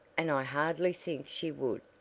and i hardly think she would,